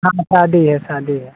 हाँ शादी है शादी है